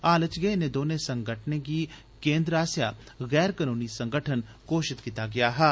हाल च गै इने दौनें संगठनें गी केन्द्र आस्सेआ गैर कनूनी संगठन घोषत कीता गेआ हा